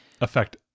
affect